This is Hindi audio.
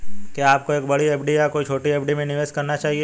क्या आपको एक बड़ी एफ.डी या कई छोटी एफ.डी में निवेश करना चाहिए?